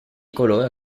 coloro